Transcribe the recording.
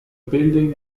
building